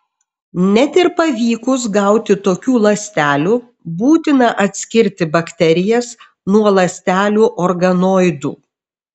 net ir pavykus gauti tokių ląstelių būtina atskirti bakterijas nuo ląstelių organoidų